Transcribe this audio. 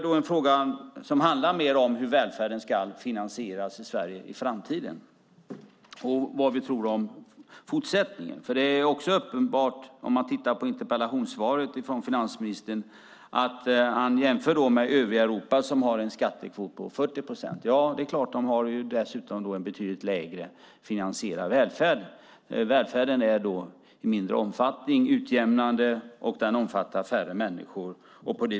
Det handlar om hur välfärden ska finansieras i Sverige i framtiden och vad vi tror om fortsättningen. I interpellationssvaret från finansministern jämför han med övriga Europa som har en skattekvot på 40 procent. De har ju en betydligt lägre finansierad välfärd. Välfärden är utjämnande i mindre omfattning och omfattar färre människor.